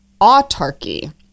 autarky